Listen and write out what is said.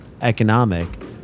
economic